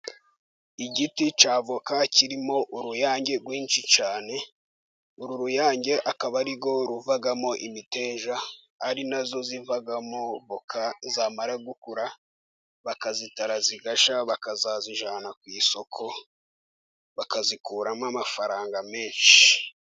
Igiti cya avoka kirimo uruyange rwinshi cyane, uru ruyange akaba arirwo ruvamo imiteja ari nazo zivamo, zamara gukura bakazitara zigashya bakazazijana ku isoko bakazikuramo amafaranga menshi.